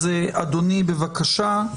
אז אדוני בבקשה,